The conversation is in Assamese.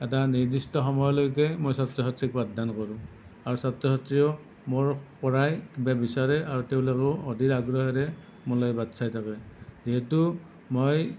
এটা নিৰ্দিষ্ট সময়লৈকে মই ছাত্ৰ ছাত্ৰীক পাঠদান কৰোঁ আৰু ছাত্ৰ ছাত্ৰীয়েও মোৰ পৰাই কিবা বিচাৰে আৰু তেওঁলোকেও অধীৰ আগ্ৰহেৰে মোলৈ বাট চাই থাকে যিহেতু মই